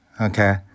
okay